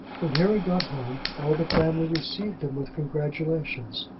when harry got home all the family received him with congratulations.